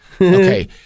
Okay